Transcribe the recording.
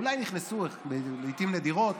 או אולי נכנסו לעיתים נדירות,